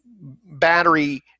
battery